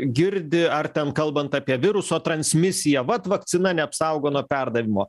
girdi ar ten kalbant apie viruso transmisiją vat vakcina neapsaugo nuo perdavimo